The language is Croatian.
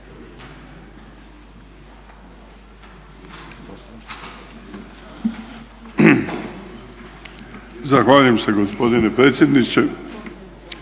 vam lijepo gospodine predsjedniče